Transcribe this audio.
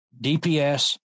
DPS